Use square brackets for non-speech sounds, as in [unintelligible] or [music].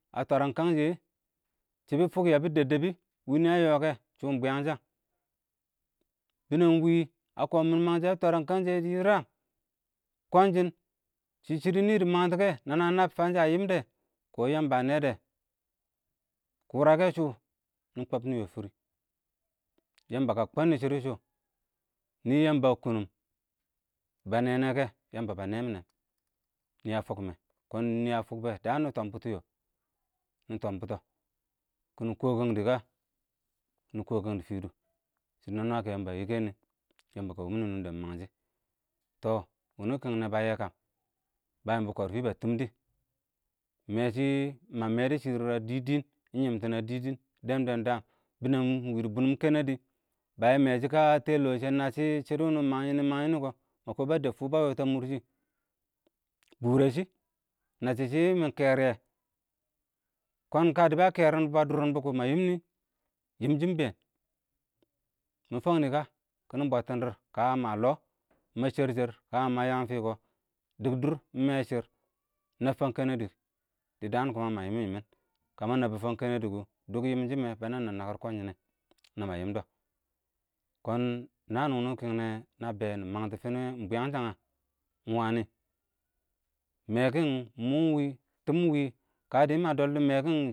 ə twərən kəngshɪyɛ shɪ bɪ fʊk yəbɪ dɛb-dɛbɪ wɪɪ nɪ ə yø kɛ, shʊ ɪng bwɪyəngshən bɪnɛng ɪng wɪɪ ə kɔɔmɪn məngshɪ ə twərəm kəng shɪye dɪ yɪrəm, kwən shɪn shɪn shɪdɔ nɪ məntɛ kɛ nə nə ə nəbb ɪng fəngshɛ ə yɪmdɛ, kɔ Yəmbə ə nɛdɛ, kʊrəkɛ ə shʊm, nɪ kɔob nɪ yɔ fɪrɪ, Yəmbə kə kɔnnɪ shɪdʊ shʊ, nɪ Yəmbə ə kʊng bə nɛɛ-nɛɛ kɛ yəmbə bə nɛɛn-nɛɛn nɪ ə fʊkmɪnɛ, kɔɔn nɪ ə fʊkbɛ dəən nɪɪ tɔɔm bʊtʊ yɔɔ, nɪ tɔɔm bʊtɔ, kɪnɪkɔɔ kəng dɪ kə, nɪɪ kɔkəng dɪ fɪrʊ, shɪdo nə nwəkɛ yəmbə ə yɪkɛnɪ, yəmbə kʊma ə nʊngnɪ nʊngdɛn məngshɪ, tɔ wɪnɪ kɪngnɛ bə yɛkəm bə yɪmbɔ kɔrfɪ bə tʊngdɪ, mɛ shɪ mə mɛdʊ shɪrr ə dɪ dɪɪn,ɪng yɪmtɪn ə dɪɪ dɪɪn dɛn bɛɛn dəə, bɪnɛng ɪng wɪɪ dɪ bʊnʊn kənədɪ bə yɛ mɛshɪ ɪng kə tɛlɔɔshɪ ə nəə shɪ shɪdʊ wʊnʊ məngyɪnɪ məngyɪnɪ kɔ, mə kɔɔ bə dɛb fʊʊ bə yɔɔn ə mʊrshɪ bʊrɛshɪ, nəsshɪshɪ mɪ kɛrɪyɛ kɔɔn ɪng kə dɪ bə kɛrɪn bə dʊʊrʊng mə yɪmnɪ? yɪmshɪ ɪng bɛɛn, mɪ fʊng nɛ kə, kɛ nɪ bɔttɪn dɪɪr kə ma lɔ, mə shər-shər, kə mə yəng fɪ kɔ, dɪk dʊr mɛ shɪr, nəbb fəng kɛnɛdɪ, dɪ dəən [unintelligible] mə yɪmɪn-yɪmɪn, kə ma nəbbʊ fəng kənadɪ kʊ, dʊk yiꞌmshɪmɪn bə nəb-nəb nəkɪr ɪngkwənshɪ nɛ nəmə yɪmdɔ, kɔɔn nəən wʊnʊ kɪngnɛ nə bɛn nɪ məngtɔ kɪnɪ wɛ ɪngbwɪ yəngshə nə? ɪn wənɪ, mɛkɪn ɪng mʊ ɪng wɪ, tɪɪm ɪng wɪ, kə dɪ mə dɔldɔ mɛkɪn shɪdɔ.